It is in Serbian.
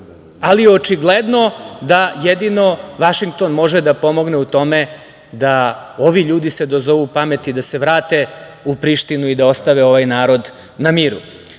Ali, očigledno da jedino Vašington može da pomogne u tome da ovi ljudi se dozovu pamti da se vrate u Prištinu i da ostave ovaj narod na